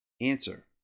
Answer